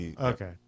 Okay